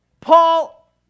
Paul